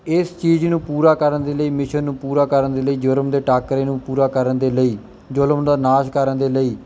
ਇਸ ਚੀਜ਼ ਨੂੰ ਪੂਰਾ ਕਰਨ ਦੇ ਲਈ ਮਿਸ਼ਨ ਨੂੰ ਪੂਰਾ ਕਰਨ ਦੇ ਲਈ ਜ਼ੁਰਮ ਦੇ ਟਾਕਰੇ ਨੂੰ ਪੂਰਾ ਕਰਨ ਦੇ ਲਈ ਜ਼ੁਲਮ ਦਾ ਨਾਸ਼ ਕਰਨ ਦੇ ਲਈ